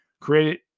created